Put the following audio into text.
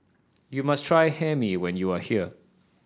you must try Hae Mee when you are here